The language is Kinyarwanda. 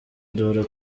duhora